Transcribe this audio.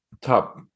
top